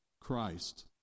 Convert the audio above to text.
Christ